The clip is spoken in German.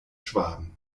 schwaben